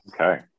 Okay